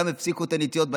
גם הפסיקו את הנטיעות בנגב,